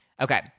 Okay